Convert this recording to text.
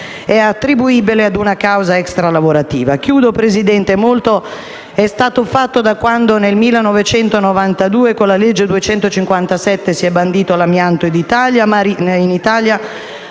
attribuibili a una causa extralavorativa. Signora Presidente, molto è stato fatto da quando nel 1992, con la legge n. 257, si è bandito l'amianto in Italia,